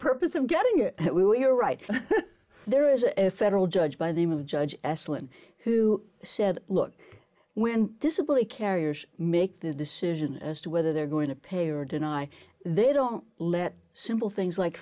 purpose of getting it we are right there is a federal judge by the name of judge s lynn who said look when disability carriers make the decision as to whether they're going to pay or deny they don't let simple things like